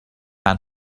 and